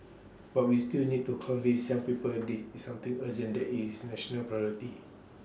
but we still need to convince some people they is something urgent that is national priority